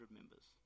members